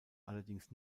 allerdings